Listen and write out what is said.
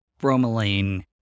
Bromelain